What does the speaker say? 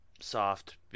soft